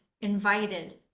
invited